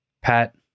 Pat